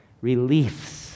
Reliefs